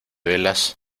velas